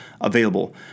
available